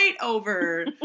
over